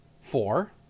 four